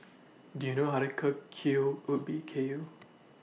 Do YOU know How to Cook Kuih Ubi Kayu